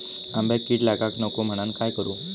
आंब्यक कीड लागाक नको म्हनान काय करू?